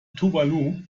tuvalu